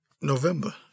November